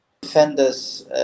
defenders